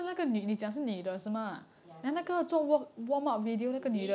ya 是女的 is it